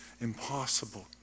impossible